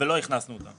ולא הכנסנו אותה.